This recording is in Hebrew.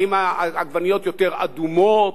האם העגבניות יותר אדומות,